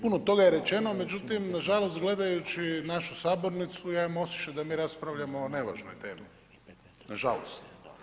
Puno toga je rečeno međutim na žalost gledajući našu sabornicu ja imam osjećaj da mi raspravljamo o nevažnoj temi, na žalost.